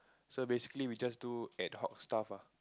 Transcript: so basically we just do ad hoc stuff ah